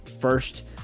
first